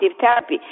therapy